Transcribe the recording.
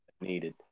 needed